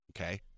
Okay